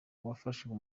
yafashwe